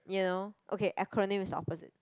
you know okay acronym is the opposite